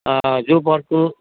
zoo park